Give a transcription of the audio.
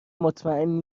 مطمئن